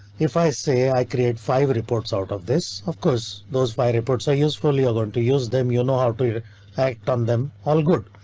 if i say i create five reports out of this. of course those my reports are useful. you're going to use them. you know how to act on them all good.